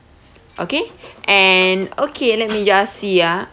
okay and okay let me see ah